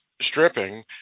stripping